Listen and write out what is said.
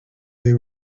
they